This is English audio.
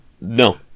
no